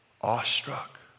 awestruck